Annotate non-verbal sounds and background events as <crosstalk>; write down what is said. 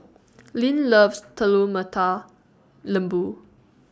<noise> Leann loves Telur Mata Lembu